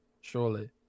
Surely